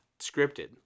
scripted